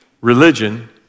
religion